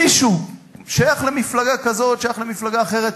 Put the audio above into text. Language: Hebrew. מישהו, שייך למפלגה כזאת, שייך למפלגה אחרת,